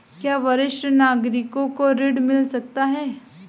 क्या वरिष्ठ नागरिकों को ऋण मिल सकता है?